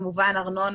כמובן ארנונה,